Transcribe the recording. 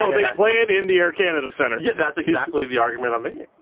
they play it in the air canada center. yeah, that's exactly the argument i'm making.